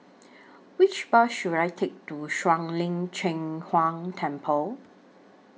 Which Bus should I Take to Shuang Lin Cheng Huang Temple